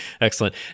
Excellent